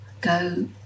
go